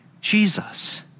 Jesus